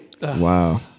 wow